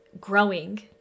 growing